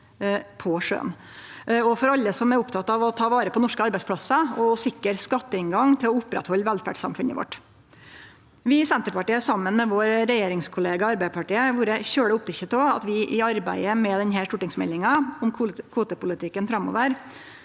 og for alle som er opptekne av å ta vare på norske arbeidsplassar og sikre skatteinngang til å oppretthalde velferdssamfunnet vårt. Vi i Senterpartiet har saman med vår regjeringskollega Arbeidarpartiet vore svært opptekne av at vi i arbeidet med denne stortingsmeldinga om kvotepolitikken framover